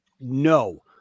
No